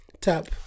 tap